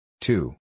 two